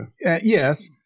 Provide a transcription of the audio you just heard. Yes